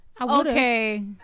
Okay